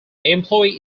employee